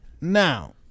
Now